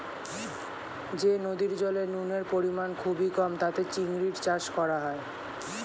যে নদীর জলে নুনের পরিমাণ খুবই কম তাতে চিংড়ির চাষ করা হয়